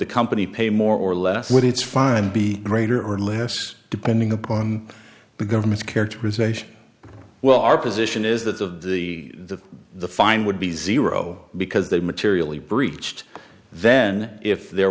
the company pay more or less what its fine be greater or less depending upon the government characterization well our position is that the the the the fine would be zero because they materially breeched then if there